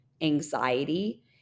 anxiety